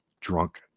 drunk